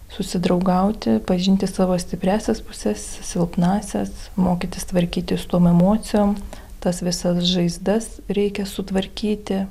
susidraugauti pažinti savo stipriąsias puses silpnąsias mokytis tvarkytis su tom emocijom tas visas žaizdas reikia sutvarkyti